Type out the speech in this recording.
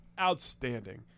outstanding